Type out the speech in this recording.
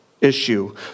issue